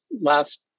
last